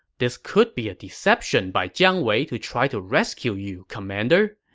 this could be a deception by jiang wei to try to rescue you, commander,